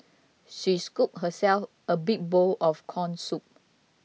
she scooped herself a big bowl of Corn Soup